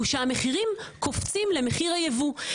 הוא שהמחירים קופצים למחיר הייבוא.